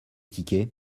tickets